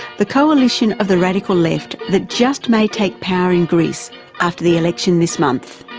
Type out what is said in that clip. the coalition of the radical left that just may take power in greece after the election this month.